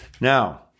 Now